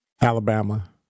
Alabama